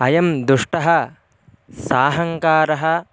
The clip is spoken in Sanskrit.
अयं दुष्टः साहङ्कारः